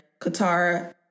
Katara